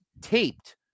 taped